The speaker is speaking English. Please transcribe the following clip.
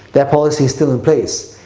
that policy is still in place.